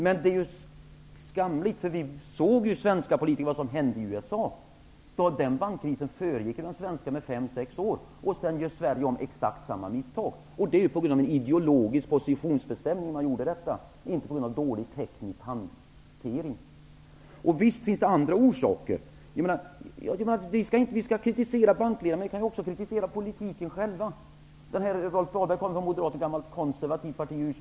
Men det är skamligt, eftersom vi svenska politiker såg vad som hände i USA. Den bankkrisen föregick ju den svenska med fem sex år. Sedan gjorde vi i Sverige om exakt samma misstag -- och detta på grund av en ideologisk positionsbestämning, inte på grund av dålig teknisk hantering. Visst finns det andra orsaker. Vi skall kritisera bankledningarna, men vi kan också kritisera politikerna själva. Rolf Dahlberg kommer ursprungligen från ett gammalt konservativt parti.